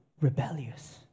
rebellious